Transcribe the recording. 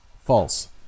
false